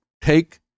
take